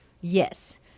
yes